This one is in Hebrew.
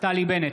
נפתלי בנט,